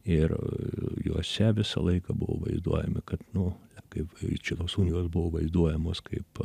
ir juose visą laiką buvo vaizduojami kad nu kaip čia tos unijos buvo vaizduojamos kaip